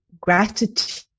gratitude